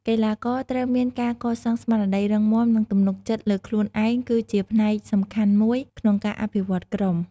កីទ្បាករត្រូវមានការកសាងស្មារតីរឹងមាំ និងទំនុកចិត្តលើខ្លួនឯងគឺជាផ្នែកសំខាន់មួយក្នុងការអភិវឌ្ឍន៍ក្រុម។